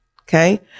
Okay